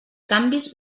canvis